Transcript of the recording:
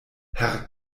herr